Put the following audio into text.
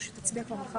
או שתצביע כבר מחר.